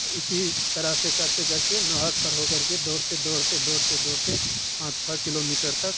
तो इसी तरह से करते करते नहर पर हो करके दौड़ते दौड़ते दौड़ते दौड़ते पाँच छः किलोमीटर तक